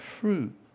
fruit